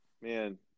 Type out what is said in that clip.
Man